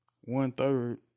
one-third